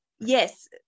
yes